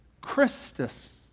Christus